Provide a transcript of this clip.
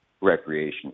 recreation